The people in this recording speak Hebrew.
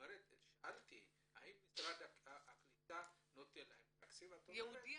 שאלתי האם משרד הקליטה נותן לכם תקציב ואת אומרת --- ייעודי,